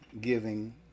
giving